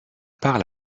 part